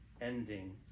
ending